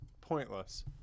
pointless